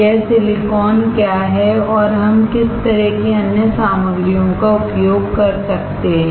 यह सिलिकॉन क्या है और हम किस तरह की अन्य सामग्रियों का उपयोग कर सकते हैं